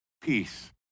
peace